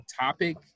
topic